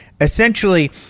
essentially